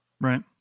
Right